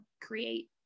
create